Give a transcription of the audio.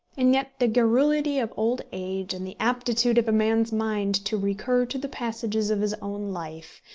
and yet the garrulity of old age, and the aptitude of a man's mind to recur to the passages of his own life,